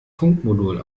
funkmodul